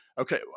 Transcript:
Okay